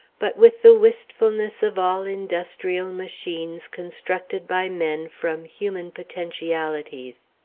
but with the wistfulness of all industrial machines constructed by men from human potentialities.